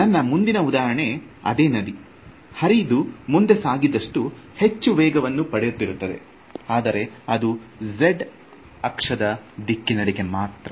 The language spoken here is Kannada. ನನ್ನ ಮುಂದಿನ ಉದಾಹರಣೆಯ ಅದೇ ನದಿ ಹರಿದು ಮುಂದೆ ಸಾಗಿದಷ್ಟು ಹೆಚ್ಚು ವೇಗವನ್ನು ಪಡೆಯುತ್ತಿರುತ್ತದೆ ಆದರೆ ಅದು z ಅಕ್ಷದ ದಿಕ್ಕಿನೆಡೆಗೆ ಮಾತ್ರ